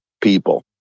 people